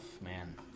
Man